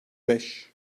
beş